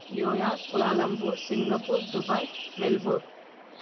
New York Kuala Lumpur Singapore Dubai Melbourne